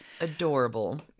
adorable